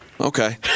okay